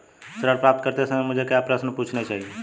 ऋण प्राप्त करते समय मुझे क्या प्रश्न पूछने चाहिए?